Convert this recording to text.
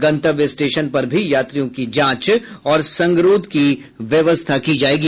गंतव्य स्टेशन पर भी यात्रियों की जांच और संगरोध की व्यवस्था की जाएगी